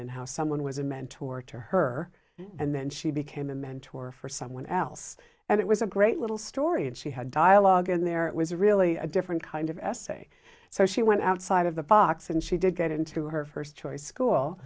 and how someone was a mentor to her and then she became a mentor for someone else and it was a great little story and she had dialogue and there was really a different kind of essay so she went outside of the box and she did get into her first choice school